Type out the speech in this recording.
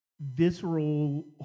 visceral